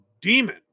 Demon